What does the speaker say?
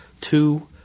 two